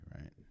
right